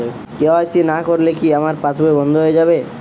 KYC না করলে কি আমার পাশ বই বন্ধ হয়ে যাবে?